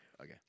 Okay